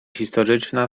historyczna